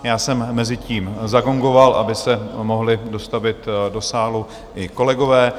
Já jsem mezitím zagongoval, aby se mohli dostavit do sálu i kolegové.